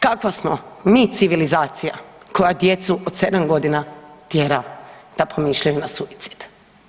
Kakva smo mi civilizacija koja djecu od 7 godina tjera da pomišljaju na suicid?